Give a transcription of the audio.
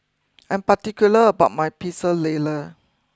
I'm particular about my Pecel Lele